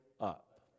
up